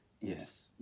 Yes